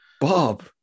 Bob